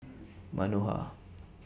Manohar